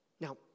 Now